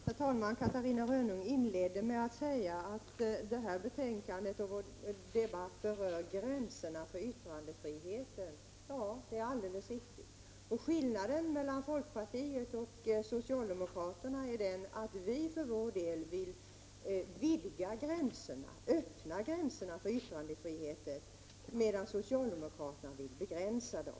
Herr talman! Catarina Rönnung inledde sitt anförande med att säga att detta betänkande och debatten här rör gränserna för yttrandefriheten. Ja, det är alldeles riktigt. Skillnaden mellan folkpartiet och socialdemokraterna är att vi vill vidga gränserna, öppna dem, för yttrandefriheten, medan socialdemokraterna vill beskära dem.